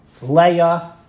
Leia